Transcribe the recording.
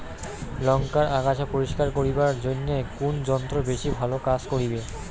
লংকার আগাছা পরিস্কার করিবার জইন্যে কুন যন্ত্র বেশি ভালো কাজ করিবে?